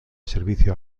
servicio